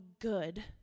good